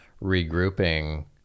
regrouping